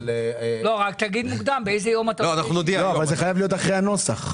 לא, אבל זה חייב להיות אחרי הנוסח.